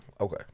Okay